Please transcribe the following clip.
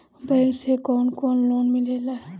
Bank से कौन कौन लोन मिलेला?